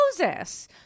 Moses